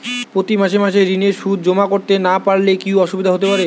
প্রতি মাসে মাসে ঋণের সুদ জমা করতে না পারলে কি অসুবিধা হতে পারে?